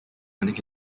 running